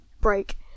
break